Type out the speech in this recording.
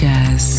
Jazz